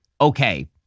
okay